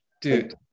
dude